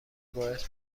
باعث